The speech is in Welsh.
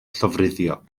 llofruddio